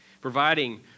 providing